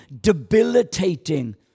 debilitating